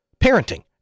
parenting